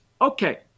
Okay